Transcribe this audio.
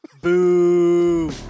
Boo